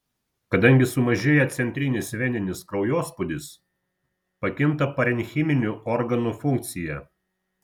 kadangi sumažėja centrinis veninis kraujospūdis pakinta parenchiminių organų funkcija